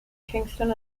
kingston